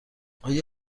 آیا